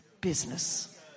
business